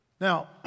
Now